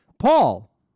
Paul